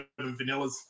vanillas